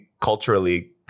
culturally